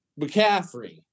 McCaffrey